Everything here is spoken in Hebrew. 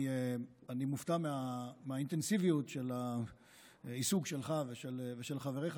אני מופתע מהאינטנסיביות של העיסוק שלך ושל חבריך